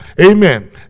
amen